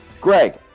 Greg